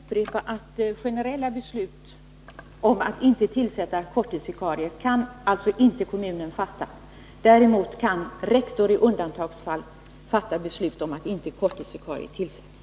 Herr talman! Jag vill upprepa att generella beslut om att inte tillsätta korttidsvikarier kan alltså inte kommunen fatta. Däremot kan rektor i undantagsfall fatta beslut om att inte korttidsvikarier tillsätts.